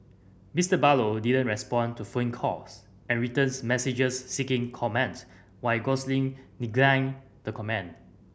Mister Barlow didn't respond to phone calls and written messages seeking comment while Gosling declined to comment